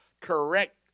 correct